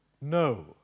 No